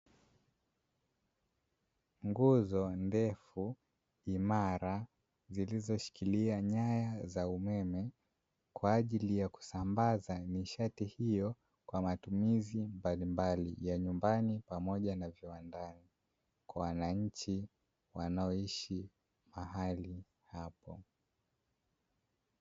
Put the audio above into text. Nguzo ndefu imara zilizoshikilia nyaya za umeme kwa ajili ya kusambaza nishati hiyo, kwa matumizi mbalimbali ya nyumbani pamoja na viwandani kwa wananchi wanaoishi mahali hapo.